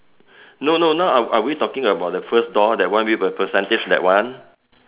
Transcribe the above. no no now are we talking about the first door the one with the percentage that one